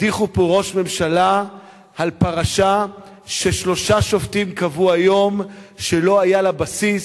הדיחו פה ראש ממשלה על פרשה ששלושה שופטים קבעו היום שלא היה לה בסיס,